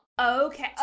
Okay